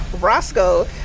Roscoe